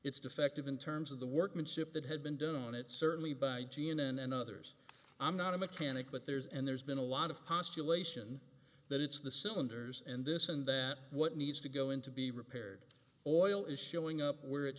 it's defective in terms of the workmanship that had been done on it certainly by g m and others i'm not a mechanic but there's and there's been a lot of postulation that it's the cylinders and this and that what needs to go in to be repaired oil is showing up where it